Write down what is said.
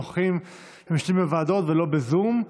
נוכחים ומשתתפים בוועדות ולא בזום,